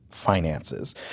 Finances